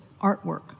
artwork